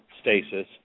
stasis